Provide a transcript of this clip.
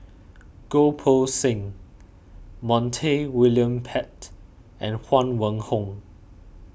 Goh Poh Seng Montague William Pett and Huang Wenhong